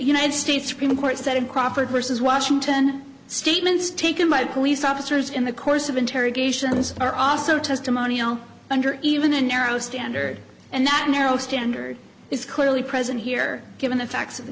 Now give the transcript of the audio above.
united states supreme court said in crawford which is washington statements taken by police officers in the course of interrogations are also testimonial under even a narrow standard and that narrow standard is clearly present here given the facts of the